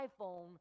iPhone